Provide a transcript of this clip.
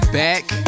back